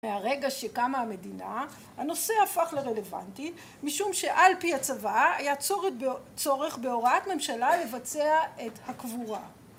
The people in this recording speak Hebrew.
מהרגע שקמה המדינה, הנושא הפך לרלוונטי משום שעל פי הצבא היה צורך בהוראת ממשלה לבצע את הקבורה